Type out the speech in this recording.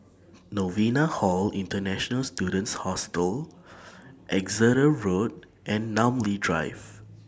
Novena Hall International Students Hostel Exeter Road and Namly Drive